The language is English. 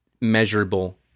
measurable